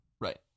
Right